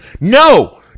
no